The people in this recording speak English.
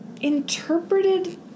interpreted